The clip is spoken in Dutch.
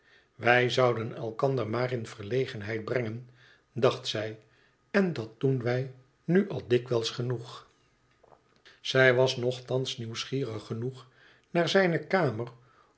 wij zouden elkander maar in verlegenheid brengen dacht zij ten dat doen wij nu al dikwijls genoeg zij was nogthans nieuwsgierig genoeg naar zijne kamer